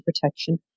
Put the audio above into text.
protection